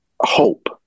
hope